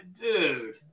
Dude